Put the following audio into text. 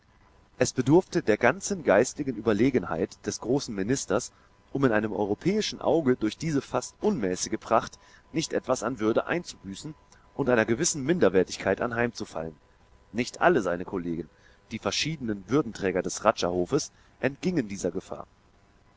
es bedurfte der ganzen geistigen überlegenheit des großen ministers um in einem europäischen auge durch diese fast unmäßige pracht nicht etwas an würde einzubüßen und einer gewissen minderwertigkeit anheimzufallen nicht alle seine kollegen die verschiedenen würdenträger des rajahofes entgingen dieser gefahr